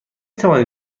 توانید